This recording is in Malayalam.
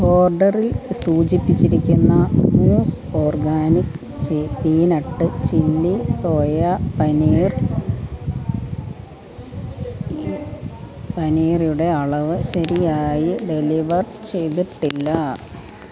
ഓർഡറിൽ സൂചിപ്പിച്ചിരിക്കുന്ന mousse organic peanut chilli soya paneer പനീറുടെ അളവ് ശരിയായി ഡെലിവർ ചെയ്തിട്ടില്ല